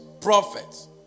prophets